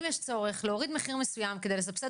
אם יש צורך להוריד מחיר מסוים על מנת לסבסד